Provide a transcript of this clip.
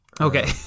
Okay